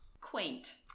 Quaint